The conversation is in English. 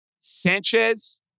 Sanchez